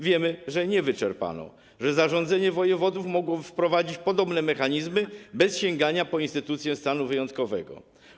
Wiemy, że nie wyczerpano, że zarządzenie wojewodów mogło wprowadzić podobne mechanizmy, bez sięgania po instytucję stanu wyjątkowego.